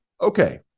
Okay